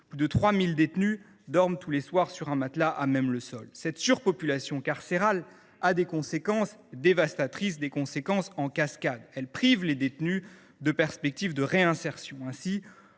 plus de 3 000 détenus dorment tous les soirs sur un matelas à même le sol. Cette surpopulation carcérale a des conséquences dévastatrices et en cascade. Elle prive les détenus de perspectives de réinsertion.